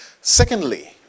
Secondly